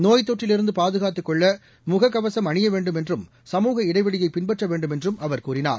நோய்த் தொற்றிலிருந்து பாதுகாத்துக் கொள்ள முகக்கவசம் அணிய வேண்டும் என்றும் சமுக இடைவெளியைப் பின்பற்ற வேண்டும் என்றும் அவர் கூறினார்